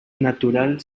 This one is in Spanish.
natural